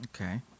Okay